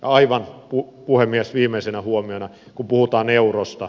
aivan viimeisenä huomiona kun puhutaan eurosta